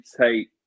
take